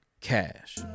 cash